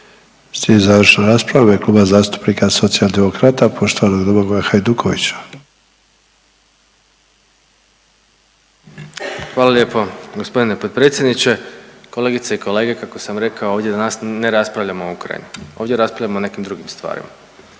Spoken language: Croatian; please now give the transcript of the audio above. Slijedi završna rasprava u ime Kluba zastupnika Socijaldemokrata, poštovanog Domagoja Hajdukovića. **Hajduković, Domagoj (Nezavisni)** Hvala lijepo gospodine potpredsjedniče. Kolegice i kolege kako sam rekao ovdje danas ne raspravljamo o Ukrajini, ovdje raspravljamo o nekim drugim stvarima